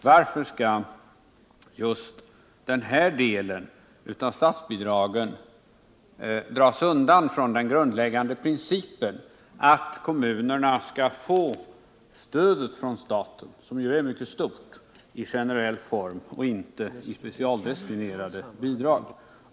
Varför skall just den här delen av statsbidragen dras undan från den grundläggande principen, att kommunerna skall få stödet från staten, som ju är mycket stort, i generell form och inte i specialdestinerade bidrag?